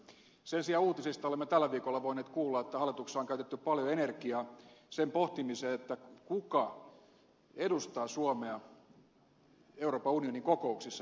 sen sijaan uutisista olemme tällä viikolla voineet kuulla että hallituksessa on käytetty paljon energiaa sen pohtimiseen kuka edustaa suomea euroopan unionin kokouksissa jatkossa